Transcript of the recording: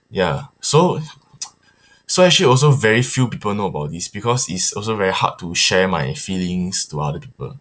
ya so so actually also very few people know about this because it's also very hard to share my feelings to other people